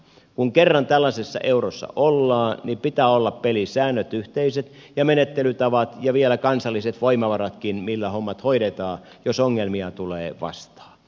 kun kerran tällaisessa eurossa ollaan niin pitää olla yhteiset pelisäännöt ja menettelytavat ja vielä kansalliset voimavaratkin millä hommat hoidetaan jos ongelmia tulee vastaan